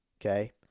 okay